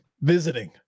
visiting